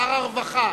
שר הרווחה,